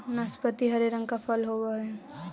नाशपाती हरे रंग का फल होवअ हई